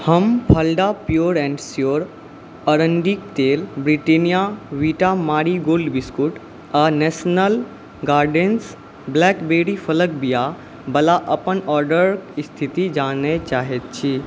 हम फलडा pure and sure अरण्डीके तेल Britannia Vita Marie Gold biscuit आओर नेशनल गार्डन्स ब्लैकबेरी फलक बिआवला अपन ऑडर स्थिति जानै चाहै छी